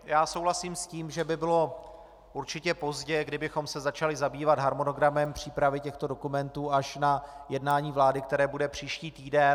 Já souhlasím s tím, že by bylo určitě pozdě, kdybychom se začali zabývat harmonogramem přípravy těchto dokumentů až na jednání vlády, které bude příští týden.